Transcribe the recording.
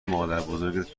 مادربزرگت